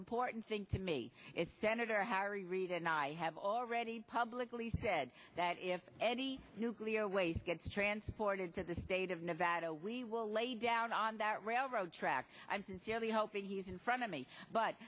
important thing to me is senator harry reid and i have already publicly said that if any nuclear waste gets transported to the state of nevada we will lay down on that railroad track i'm sincerely hope in front of me but